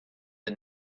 the